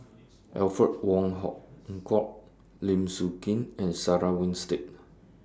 Alfred Wong Hong Kwok Lim Sun Gee and Sarah Winstedt